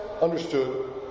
understood